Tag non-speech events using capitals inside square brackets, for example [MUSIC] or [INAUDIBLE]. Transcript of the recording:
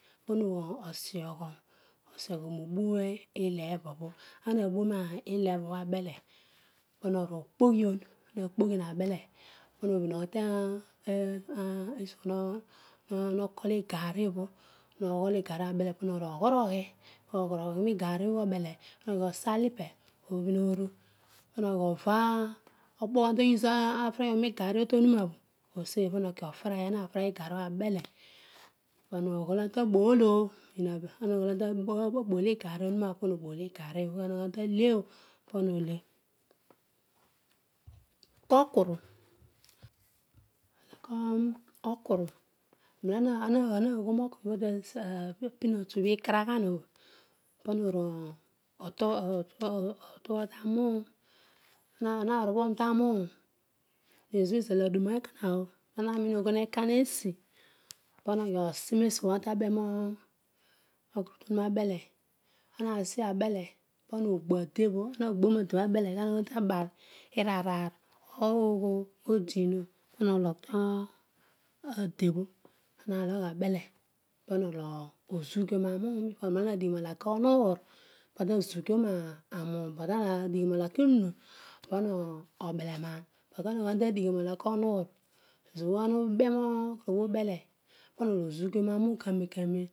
Pano obiogho obhogho o obu ilebobho a- a ha bu roihebo bho aroele pana ọru okpogheon, oma kpoghion abelu pana obhioghi [HESITATION] to sro bho lokol igan obho oghoroghi noghoroghi obele pana oghi osoalipe obhi oru. pana oghiova okpoho ana ta use afryoro iganobu tonuna aseri pana okeofri anaghol ana tabolo pana obol ana gho ana ta leniol pana ole okuru [UNINTELLIGIBLE] tobin otuobho ikaraghan obho totobhari ta rounn, ana rubhoro tarouum ezọbho izal aduna pana oghiosi ehobho anata be obho po abele. anasi abehe pana obho ade obho̱ ana agho rema ta baar iraar raar moma ologhi tadebho ana matua logh abehe pana oru ozughiom anuum. ana adighi nahaka owuugh ezobho ana ube nokuru obhe ubele pana oru ozughwm arouum kanem kanem